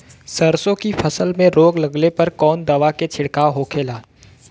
सरसों की फसल में रोग लगने पर कौन दवा के छिड़काव होखेला?